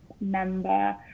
member